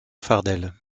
fardel